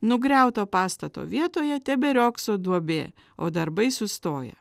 nugriauto pastato vietoje teberiogso duobė o darbai sustoję